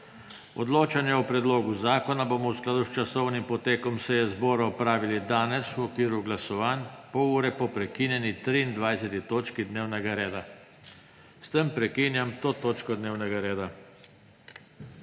Glasovanje o predlogu zakona bomo v skladu s časovnim potekom seje zbora opravili danes v okviru glasovanj, pol ure po prekinjeni 23. točki dnevnega reda. S tem prekinjam to točko dnevnega reda.